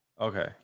Okay